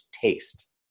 taste